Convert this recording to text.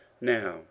Now